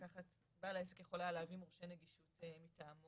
בעל העסק יכול היה להביא מורשה נגישות מטעמו